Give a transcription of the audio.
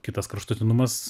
kitas kraštutinumas